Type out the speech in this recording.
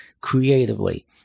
creatively